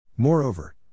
Moreover